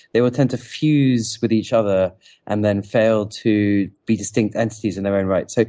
they will tend to fuse with each other and then fail to be distinct entities in their own rights. like